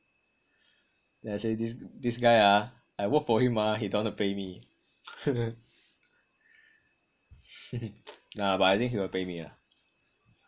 then I say this this guy ah I work for him ah he don't want to pay me nah but I think he'll pay me lah